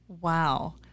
Wow